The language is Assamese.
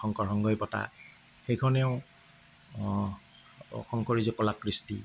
শংকৰ সংঘই পতা সেইখনেও শংকৰী যি কলা কৃষ্টি